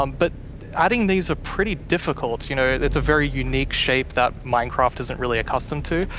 um but adding these are pretty difficult. you know it's a very unique shape that minecraft isn't really accustomed to.